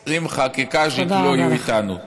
כשמחה, כקאז'יק, לא יהיו איתנו.